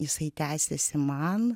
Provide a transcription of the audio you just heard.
jisai tęsiasi man